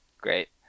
Great